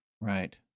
Right